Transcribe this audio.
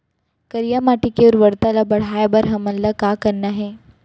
करिया माटी के उर्वरता ला बढ़ाए बर हमन ला का करना हे?